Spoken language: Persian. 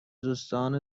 دوستان